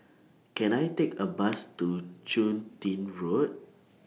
Can I Take A Bus to Chun Tin Road